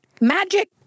magic